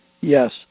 yes